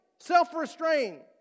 Self-restraint